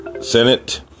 Senate